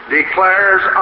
declares